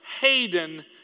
Hayden